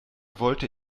wollte